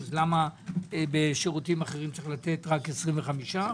למה בשירותים אחרים צריך לתת רק 25%?